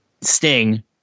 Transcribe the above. Sting